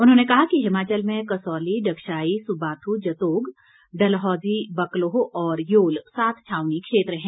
उन्होंने कहा कि हिमाचल में कसौली डगशाई सुबाथू जतोग डलहौजी बकलोह और योल सात छावनी क्षेत्र हैं